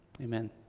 Amen